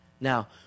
Now